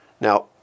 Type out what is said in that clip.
Now